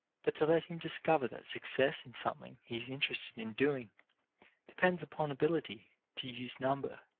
but to let him discover that success in something he is interested in doing depends upon ability to use number.